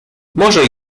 może